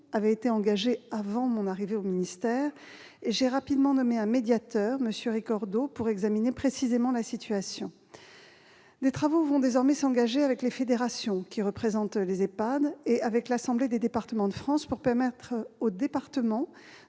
avait été engagée avant mon arrivée au ministère ; j'ai rapidement nommé un médiateur, M. Pierre Ricordeau, pour examiner précisément la situation. Des travaux vont désormais s'engager, avec les fédérations représentant les EHPAD et l'Assemblée des départements de France, pour permettre aux départements